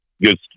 good